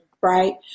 Right